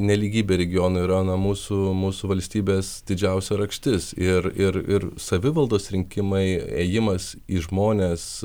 nelygybė regionų yra na mūsu mūsų valstybės didžiausia rakštis ir ir ir savivaldos rinkimai ėjimas į žmones